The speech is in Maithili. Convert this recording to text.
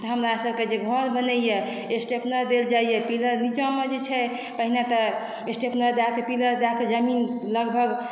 तऽ हमरा सभके जे घर बनैया स्टेपनर देल जाइया पिलर नीचामे जे छै पहीनेतँ स्टेपनर दयकऽ पिलर दयकऽ जमीन लगभग